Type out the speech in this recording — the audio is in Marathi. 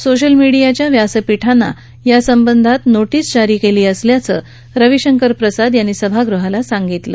सोशल मिडीयाच्या व्यासपीठांना यासंबंधात नोटीस जारी केली असल्याचं रवीशंकर प्रसाद यांनी सभागहाला सांगितलं